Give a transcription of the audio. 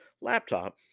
laptop